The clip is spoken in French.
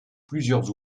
plusieurs